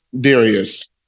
Darius